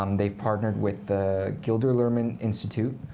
um they've partnered with the gilder lehrman institute.